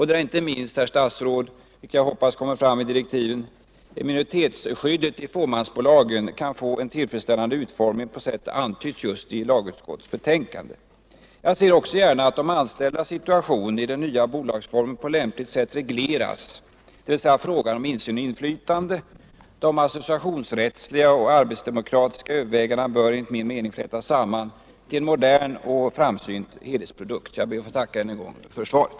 Där kan inte minst —och det hoppas jag kommer fram i direktiven — minoritetsskyddet i fåmansbolagen erhålla en tillfredsställande utformning, nämligen på det sätt som antytts i lagutskottets betänkande. Jag ser också gärna att de anställdas situation i den nya bolagsformen regleras på lämpligt sätt. Jag tänker då på frågan om insyn och inflytande. De associationsrättsliga och arbetsdemokratiska övervägandena bör enligt min mening flätas samman till en modern och framsynt helhetsprodukt. Jag ber att få tacka ännu en gång för svaret.